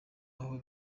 aho